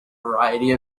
variety